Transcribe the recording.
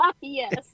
Yes